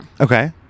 Okay